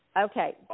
Okay